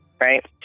right